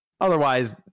Otherwise